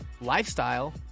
lifestyle